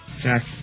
Jack